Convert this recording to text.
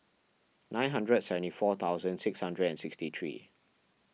nine hundred and seventy four thousand six hundred and sixty three